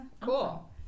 Cool